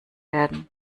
werden